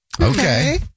Okay